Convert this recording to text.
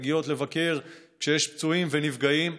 לבקר כשיש פצועים ונפגעים,